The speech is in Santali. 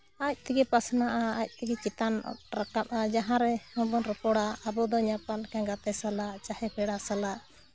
ᱟᱡ ᱛᱮᱜᱮ ᱯᱟᱥᱱᱟᱜᱼᱟ ᱟᱡ ᱛᱮᱜᱮ ᱪᱮᱛᱟᱱ ᱨᱟᱠᱟᱵᱼᱟ ᱡᱟᱦᱟᱸ ᱨᱮ ᱦᱚᱸᱵᱚᱱ ᱨᱚᱯᱚᱲᱟ ᱟᱵᱚ ᱫᱚ ᱧᱟᱯᱟᱢ ᱞᱮᱱᱠᱷᱟᱱ ᱜᱟᱛᱮ ᱥᱟᱞᱟᱜ ᱪᱟᱦᱮ ᱯᱮᱲᱟ ᱥᱟᱞᱟᱜ